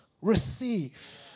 receive